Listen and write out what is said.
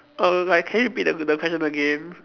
err like can you repeat the the question again